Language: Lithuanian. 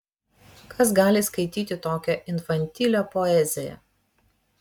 kas gali skaityti tokią infantilią poeziją